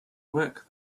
work